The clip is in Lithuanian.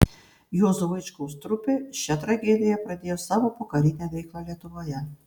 juozo vaičkaus trupė šia tragedija pradėjo savo pokarinę veiklą lietuvoje